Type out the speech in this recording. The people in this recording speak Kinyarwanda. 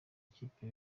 ikipe